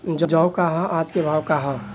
जौ क आज के भाव का ह?